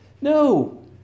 No